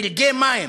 פלגי-מים,